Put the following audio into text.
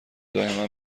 دائما